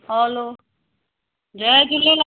हलो जय झूलेलाल